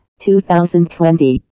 2020